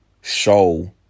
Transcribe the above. Show